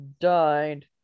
died